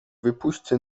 wypuśćcie